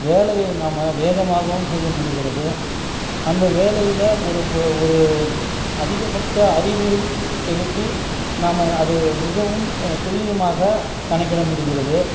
வேலையை நாம் வேகமாகவும் செய்ய முடிகிறது அந்த வேலையில் ஒரு ஒரு அதிக பக்க அறிவு செலுத்தி நாம் அதை மிகவும் துல்லியமாக கணக்கிட முடிகிறது